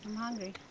hungry,